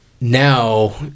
now